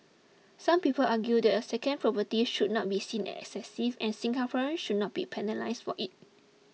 some people argue that a second property should not be seen as excessive and Singaporeans should not be penalised for it